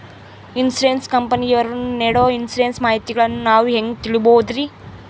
Insurance ಕಂಪನಿಯವರು ನೇಡೊ insurance ಮಾಹಿತಿಗಳನ್ನು ನಾವು ಹೆಂಗ ತಿಳಿಬಹುದ್ರಿ?